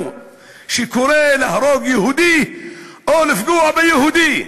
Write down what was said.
שקורא להרוג יהודי או לפגוע ביהודי.